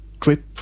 trip